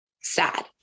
sad